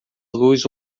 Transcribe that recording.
luz